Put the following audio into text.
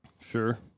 Sure